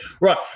Right